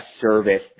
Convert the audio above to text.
service